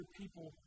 people